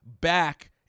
back